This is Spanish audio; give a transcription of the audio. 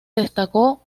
destacó